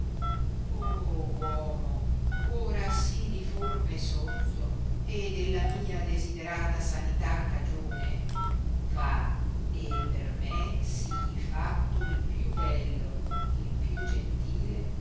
oh uomo ora sì diforme e sozzo e della mia desiderata sanità cagione va e per me sii fatto il più bello il più gentile